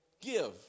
Give